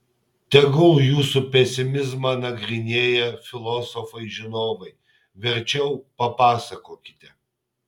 tegul jūsų pesimizmą nagrinėja filosofai žinovai verčiau papasakokite